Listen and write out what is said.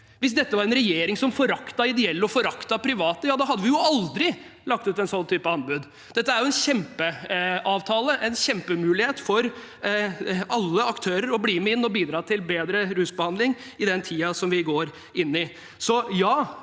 Hvis dette var en regjering som foraktet ideelle og private, hadde vi aldri lagt ut et anbud av den typen. Dette er en kjempeavtale, en kjempemulighet for alle aktører til å bli med inn og bidra til bedre rusbehandling i den tiden vi går inn i.